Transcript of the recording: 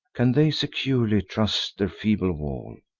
can they securely trust their feeble wall,